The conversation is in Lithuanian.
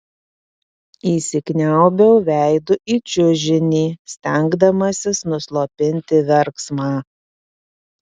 įsikniaubiau veidu į čiužinį stengdamasis nuslopinti verksmą